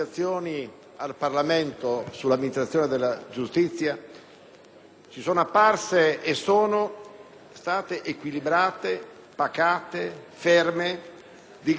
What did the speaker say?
ci sono apparse e sono state equilibrate, pacate, ferme, di grande apertura verso tutte le opposizioni,